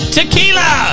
Tequila